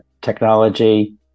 technology